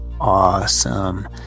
awesome